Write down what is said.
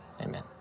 Amen